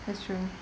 that's true